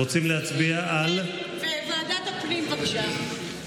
רוצים להצביע על, ועדת הפנים, בבקשה.